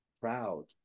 proud